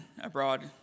abroad